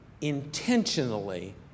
intentionally